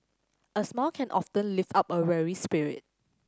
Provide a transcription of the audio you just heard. a smile can often lift up a weary spirit